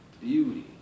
beauty